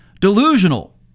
delusional